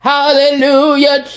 Hallelujah